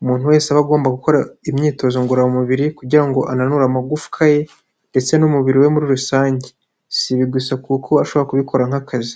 umuntu wese aba agomba gukora imyitozo ngororamubiri kugira ngo ananure amagufwa ye ndetse n'umubiri we muri rusange. Si ibi gusa kuko ashobora kubikora nk'akazi.